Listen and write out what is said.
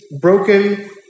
broken